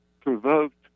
provoked